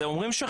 הולכים.